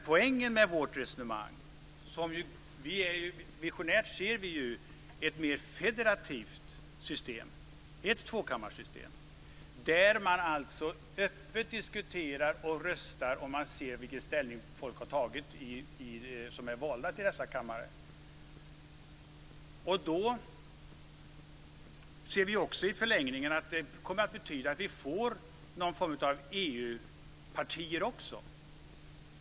Poängen med vårt resonemang - visionärt ser vi ju ett mer federativt system, ett tvåkammarsystem - är att man öppet diskuterar och röstar och ser vilken ställning folk har tagit som är valda till dessa kammare. I förlängningen ser vi också att det kommer att betyda att vi får någon form av EU-partier också.